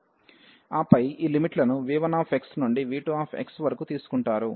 ఆపై ఈ లిమిట్ లను v1x నుండి v2x వరకు తీసుకుంటారు